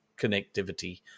connectivity